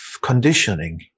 conditioning